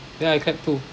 then I clap too